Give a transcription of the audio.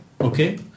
okay